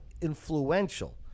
influential